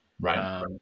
Right